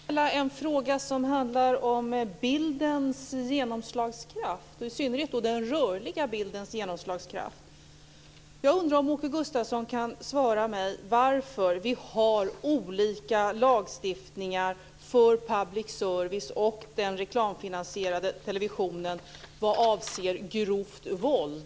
Herr talman! Jag vill ställa en fråga som handlar om bildens genomslagskraft - i synnerhet den rörliga bildens genomslagskraft. Jag undrar om Åke Gustavsson kan svara mig på varför vi har olika lagstiftningar för public service och den reklamfinansierade televisionen vad avser grovt våld.